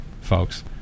folks